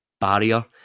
barrier